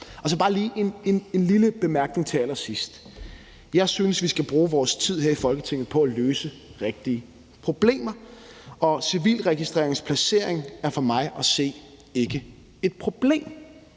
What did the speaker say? år. Så bare lige en lille bemærkning til allersidst. Jeg synes, vi skal bruge vores tid her i Folketinget på at løse rigtige problemer, og civilregistreringens placering er for mig at se ikke et problem.